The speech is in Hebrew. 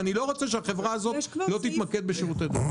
אני לא רוצה שהחברה הזאת לא תתמקד בשירותי דואר.